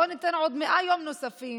בואו ניתן 100 ימים נוספים.